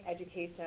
education